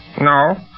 No